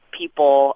people